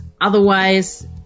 otherwise